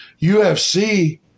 UFC